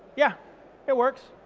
yeah it works.